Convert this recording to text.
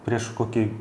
prieš kokį